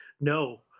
No